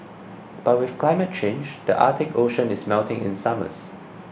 but with climate change the Arctic Ocean is melting in summers